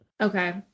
Okay